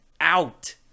Out